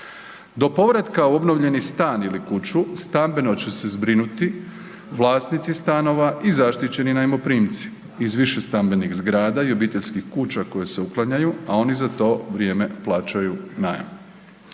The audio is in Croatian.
Do povratka u obnovljeni stan ili kuću stambeno će se zbrinuti vlasnici stanova i zaštićeni najmoprimci iz višestambenih zgrada i obiteljskih kuća koje se uklanjaju, a oni za to vrijeme plaćaju najam.